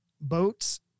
boats